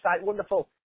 wonderful